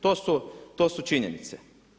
To su, to su činjenice.